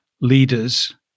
leaders